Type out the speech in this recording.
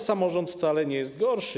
Samorząd wcale nie jest gorszy.